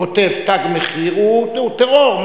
שכותב "תג מחיר" הוא טרור.